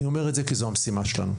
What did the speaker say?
אני אומר את זה כי זוהי המשימה שלנו.